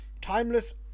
Timeless